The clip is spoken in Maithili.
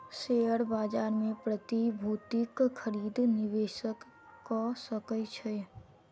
शेयर बाजार मे प्रतिभूतिक खरीद निवेशक कअ सकै छै